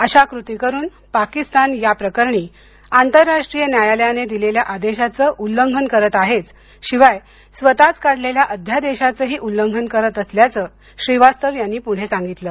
अशा कृती करून पाकिस्तान या प्रकरणी आंतरराष्ट्रीय न्यायालयाने दिलेल्या आदेशाचं उल्लंघन करत आहेच शिवाय स्वतःच काढलेल्या अध्यादेशाचंही उल्लंघन करत असल्याचं श्रीवास्तव यांनी पुढे सांगितलं